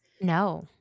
No